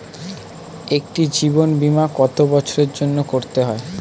একটি জীবন বীমা কত বছরের জন্য করতে হয়?